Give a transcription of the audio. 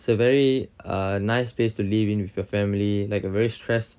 it's a very nice place to live in with your family like a very stress